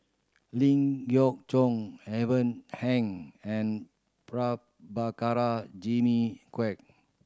Ling Geok Choon Ivan Heng and Prabhakara Jimmy Quek